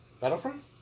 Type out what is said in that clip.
Battlefront